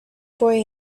boy